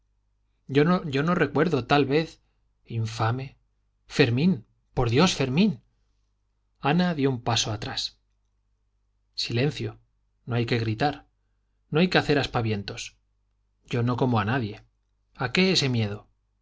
él yo no recuerdo tal vez infame fermín por dios fermín ana dio un paso atrás silencio no hay que gritar no hay que hacer aspavientos yo no como a nadie a qué ese miedo